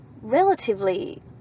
relatively